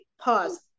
pause